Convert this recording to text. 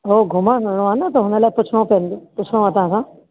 हो घुमण वञिणो आहे न त हुन लाइ पुछिणो पवंदो पुछिणो आहे तव्हांखां